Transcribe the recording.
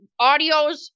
audios